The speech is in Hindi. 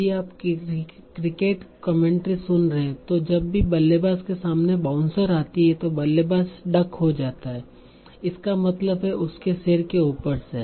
यदि आप क्रिकेट कमेंट्री सुन रहे हैं तो जब भी बल्लेबाज के सामने बाउंसर आती है तों बल्लेबाज डक हो जाता है इसका मतलब है उसके सिर के ऊपर से